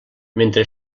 mentre